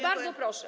Bardzo proszę.